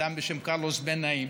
אדם בשם קרלוס בנעים.